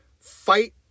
fight